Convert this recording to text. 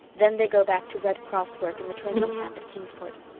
then they go back to red cross work in the training camp at kingsport.